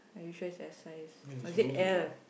are you sure is that size or is it L